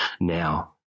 now